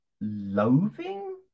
loathing